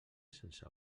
sense